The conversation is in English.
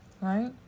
right